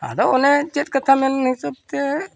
ᱟᱫᱚ ᱚᱱᱮ ᱪᱮᱫ ᱠᱟᱛᱷᱟ ᱢᱮᱱ ᱦᱤᱥᱟᱹᱵᱽ ᱛᱮ